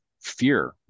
fear